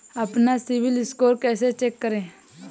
अपना CIBIL score कैसे check करें?